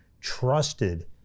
trusted